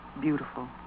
beautiful